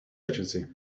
agency